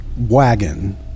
Wagon